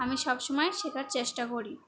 আমি সব সময় শেখার চেষ্টা করি